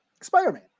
spider-man